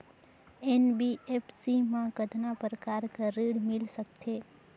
NBFC मा कतना प्रकार कर ऋण मिल सकथे?